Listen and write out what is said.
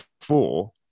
four